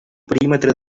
perímetre